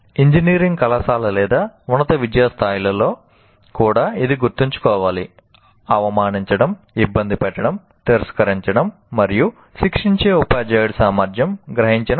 engineering కళాశాల లేదా ఉన్నత విద్యా స్థాయిలో కూడా ఇది గుర్తుంచుకోవాలి అవమానించడం ఇబ్బంది పెట్టడం తిరస్కరించడం మరియు శిక్షించే ఉపాధ్యాయుడి సామర్థ్యం గ్రహించిన ముప్పు